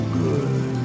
good